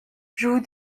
jouent